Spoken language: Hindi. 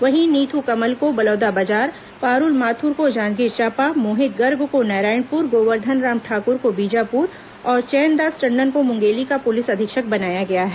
वहीं नीथू कमल को बलौदाबाजार पारूल माथुर को जांजगीर चांपा मोहित गर्ग को नारायणपुर गोवर्धन राम ठाकुर को बीजापुर और चैनदास टंडन को मुंगेली का पुलिस अधीक्षक बनाया गया है